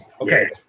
Okay